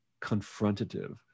confrontative